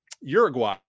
Uruguay